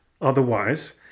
otherwise